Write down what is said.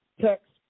Text